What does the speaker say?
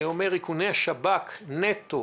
אני אומר שאיכוני השב"כ נטו